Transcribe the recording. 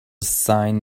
sign